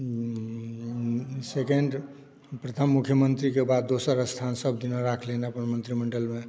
second प्रथम मुख्यमंत्रीके बाद दोसर स्थान सभ दिन राखलनि अपन मंत्रीमंडलमे